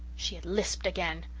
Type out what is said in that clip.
she had lisped again.